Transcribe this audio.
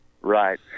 Right